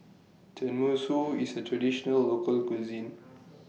Tenmusu IS A Traditional Local Cuisine